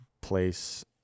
place